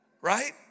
Right